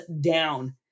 down